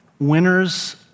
winners